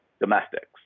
domestics